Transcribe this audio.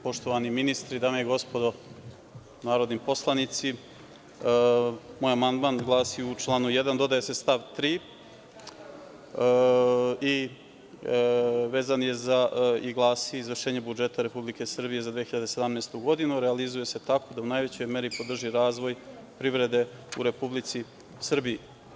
Poštovani ministri, dame i gospodo narodni poslanici, moj amandman glasi – u članu 1. dodaje se stav 3. i glasi: „Izvršenje budžeta Republike Srbije za 2017. godinu realizuje se tako da u najvećoj meri podrži razvoj privrede u Republici Srbiji“